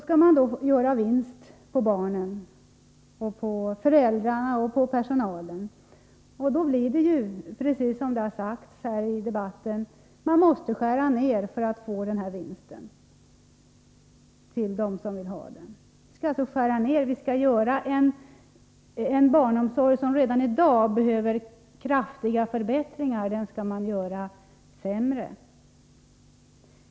Om man skall göra vinster på barnen, på föräldrarna och på personalen, blir följden att man måste skära ner och försämra den barnomsorg som redan i dag behöver kraftigt förbättras.